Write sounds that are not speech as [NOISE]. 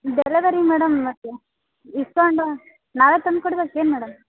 delivery madam [UNINTELLIGIBLE] ಇಸ್ಕೊಂಡು ನಾಳೆ ತಂದ್ಕೊಡ್ಬೇಕ್ ಏನು ಮೇಡಮ್